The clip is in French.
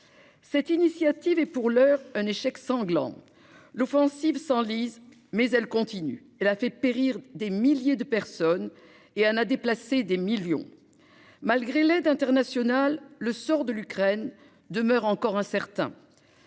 Cette initiative est, pour l'heure, un échec sanglant. L'offensive s'enlise, mais elle se poursuit. Elle a fait périr des milliers de personnes et en a déplacé des millions d'autres. Malgré l'aide internationale, le sort de l'Ukraine demeure incertain.